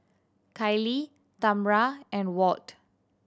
Kaylee Tamra and Walt